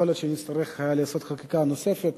יכול להיות שנצטרך לעשות חקיקה נוספת,